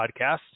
Podcast